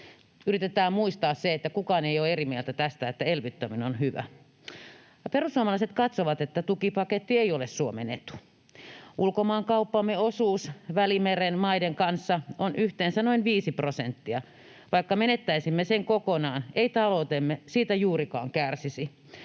Yritetään muistaa, että kukaan ei ole eri mieltä tästä, että elvyttäminen on hyvä. Perussuomalaiset katsovat, että tukipaketti ei ole Suomen etu. Ulkomaankauppamme osuus Välimeren maiden kanssa on yhteensä noin viisi prosenttia. Vaikka menettäisimme sen kokonaan, ei taloutemme siitä juurikaan kärsisi.